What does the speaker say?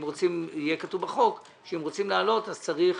יהיה כתוב בחוק שאם רוצים להעלות אז צריך